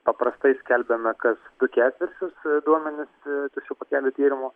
paprastai skelbiame kas du ketvirčius duomenis tuščių pakelių tyrimų